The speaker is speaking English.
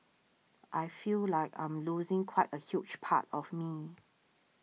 I feel like I'm losing quite a huge part of me